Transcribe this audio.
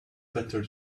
better